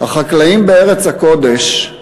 החקלאים בארץ הקודש,